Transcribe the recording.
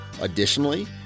additionally